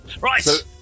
Right